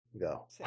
Go